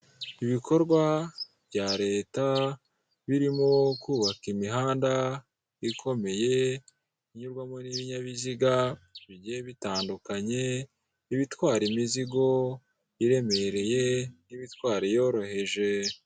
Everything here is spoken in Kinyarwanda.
Ku Gishushu naho wahabona inzu wakwishyura amafaranga atari menshi nawe ukabasha kuyibamo, ni amadorari magana ane wishyura buri kwezi ni hafi ya raadibi.